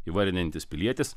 įvardijantis pilietis